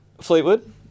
Fleetwood